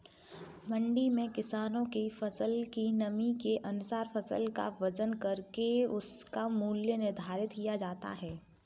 मंडी में किसानों के फसल की नमी के अनुसार फसल का वजन करके उसका मूल्य निर्धारित किया जाता है